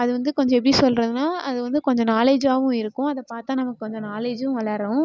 அது வந்து கொஞ்சம் எப்படி சொல்றதுன்னால் அது வந்து கொஞ்சம் நாலேஜாகவும் இருக்கும் அதைப் பார்த்தா நமக்குக் கொஞ்சம் நாலேஜும் வளரும்